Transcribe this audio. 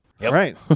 Right